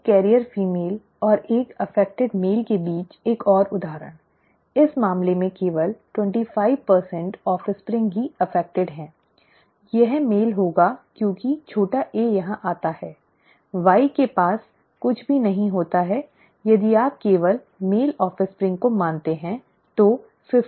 एक वाहक फीमेल और एक प्रभावित पुरुष के बीच एक और उदाहरण इस मामले में केवल 25 ऑफ़स्प्रिंग ही प्रभावित होती हैं यह मेल होगा क्योंकि छोटा a यहाँ आता है Y के पास कुछ भी नहीं होता है यदि आप केवल मेल ऑफ़स्प्रिंग को मानते हैं तो 50 प्रभावित होते हैं